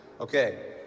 Okay